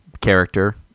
character